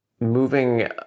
moving